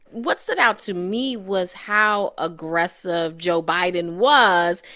what stood out to me was how aggressive joe biden was.